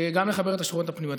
גם לחבר את השכונות הפנימיות.